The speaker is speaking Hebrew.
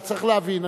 אתה צריך להבין.